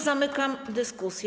Zamykam dyskusję.